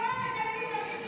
לא מצליחה להבין, ארגוני הנשים.